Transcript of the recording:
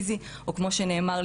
כלומר בהקשר הזה,